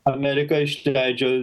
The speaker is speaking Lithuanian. amerika išleidžia